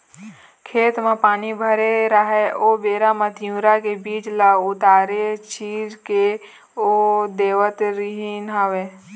खेत म पानी भरे राहय ओ बेरा म तिंवरा के बीज ल उतेरा छिंच के बो देवत रिहिंन हवँय